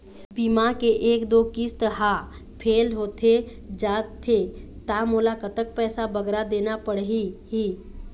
बीमा के एक दो किस्त हा फेल होथे जा थे ता मोला कतक पैसा बगरा देना पड़ही ही?